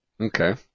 Okay